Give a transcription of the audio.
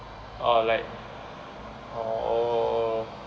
orh like oh